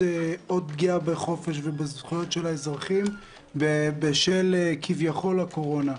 עוד פגיעה בחופש ובזכויות של האזרחים בשל כביכול הקורונה.